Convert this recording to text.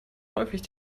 häufig